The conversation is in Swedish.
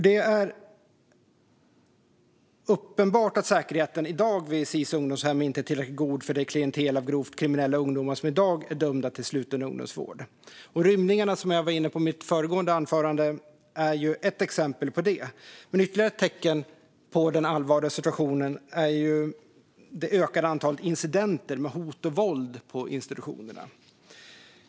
Det är uppenbart att säkerheten vid Sis ungdomshem i dag inte är tillräckligt god för det klientel av grovt kriminella ungdomar som är dömda till sluten ungdomsvård. Rymningarna som jag tog upp i mitt föregående anförande är ett exempel på det. Ytterligare ett tecken på den allvarliga situationen är det ökande antalet incidenter med hot och våld på institutionerna.